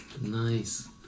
Nice